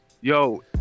Yo